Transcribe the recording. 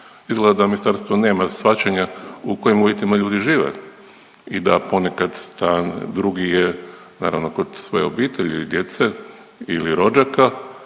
izgleda da ministarstvo nema shvaćanja u kojim uvjetima ljudi žive i da ponekad stan drugi je, naravno kod svoje obitelji i djece ili rođaka,